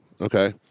Okay